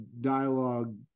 dialogue